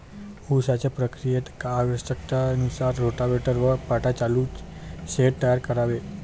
उसाच्या प्रक्रियेत आवश्यकतेनुसार रोटाव्हेटर व पाटा चालवून शेत तयार करावे